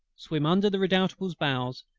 swim under the redoutable's bows,